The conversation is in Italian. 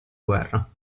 guerra